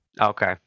Okay